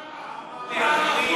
כמה?